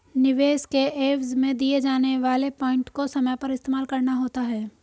निवेश के एवज में दिए जाने वाले पॉइंट को समय पर इस्तेमाल करना होता है